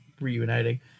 reuniting